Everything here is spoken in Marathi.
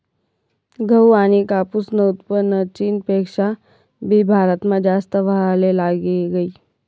गहू आनी कापूसनं उत्पन्न चीनपेक्षा भी भारतमा जास्त व्हवाले लागी गयी